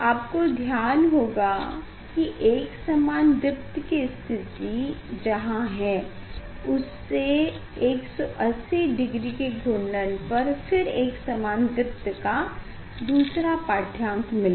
आपको ध्यान होगा की एकसमान दीप्त की स्थिति जहाँ है उससे 180डिग्री के घूर्णन पर फिर एकसमान दीप्त का दूसरा पाढ़यांक मिलेगा